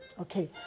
Okay